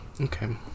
okay